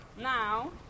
Now